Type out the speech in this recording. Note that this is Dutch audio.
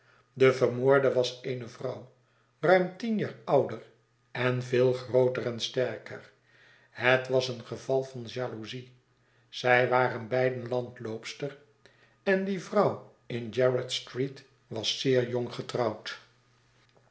de vermoorde was eene vrouw ruim tien jaar ouder en veel grooter en sterker het was een geval van jaloezie zij waren beiden landloopsters en die vrouw in gerrard street waszeerjong getrouwd